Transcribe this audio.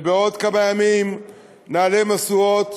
ובעוד כמה ימים נעלה משואות